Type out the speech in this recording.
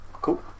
Cool